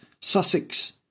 Sussex